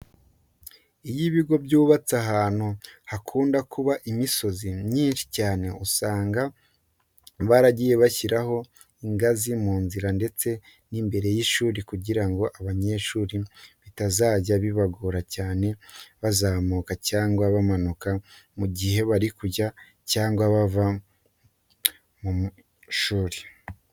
Iyo ibigo byubatse ahantu hakunda kuba imisozi myinshi cyane, usanga baragiye bashyiraho ingazi mu nzira ndetse n'imbere y'ishuri kugira ngo abanyeshuri bitazajya bibagora cyane bazamuka cyangwa bamanuka mu gihe bari kujya cyangwa bava mu ishuri.